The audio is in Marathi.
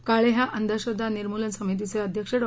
काळे हा अंधश्रद्वा निर्मूलन समितीचे अध्यक्ष डॉ